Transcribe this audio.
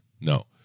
No